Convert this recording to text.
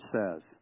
says